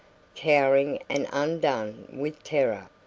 cowering and undone with terror.